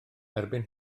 erbyn